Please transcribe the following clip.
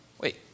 wait